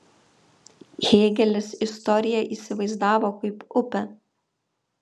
hėgelis istoriją įsivaizdavo kaip upę